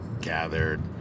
gathered